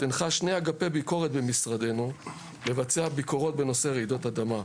הנחה שני אגפי ביקורת במשרדנו לבצע ביקורות בנושא רעידות אדמה.